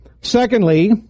Secondly